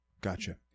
Gotcha